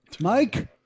Mike